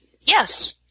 Yes